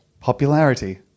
Popularity